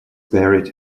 buried